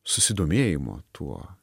susidomėjimo tuo